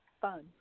fun